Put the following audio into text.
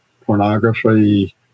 pornography